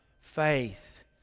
Faith